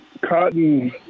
Cotton